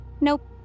nope